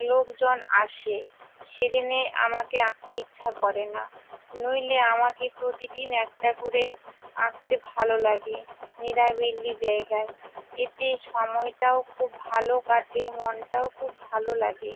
লোকজন আসে সেদিনে আমাকে আঁকতে ইচ্ছা করে না নইলে আমাকে প্রতিদিন একটা করে আঁকতে ভালো লাগে নিরিবিলি জায়গায় এতে সময়টাও খুব ভালো কাটে মনটাও খুব ভালো লাগে